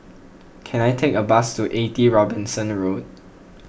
can I take a bus to eighty Robinson Road